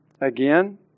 again